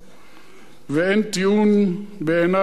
ובעיני אין טיעון שמנצח אותה.